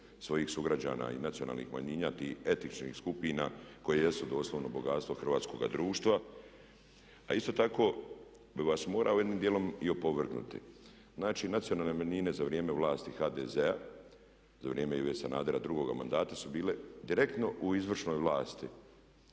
svojih sugrađana i nacionalnih manjina tih etničkih skupina koje jesu doslovno bogatstvo hrvatskoga društva. A isto tako bih vas morao jednim dijelom i opovrgnuti. Znači, nacionalne manjine za vrijeme vlasti HDZ-a, za vrijeme Ive Sanadera drugog mandata su bile direktno u izvršnoj vlasti,